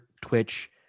Twitch